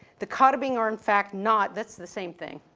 the katabing are in fact not, that's the same thing.